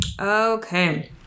Okay